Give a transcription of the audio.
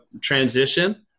transition